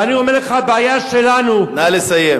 ואני אומר לך, הבעיה שלנו, נא לסיים.